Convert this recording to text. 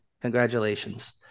Congratulations